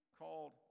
called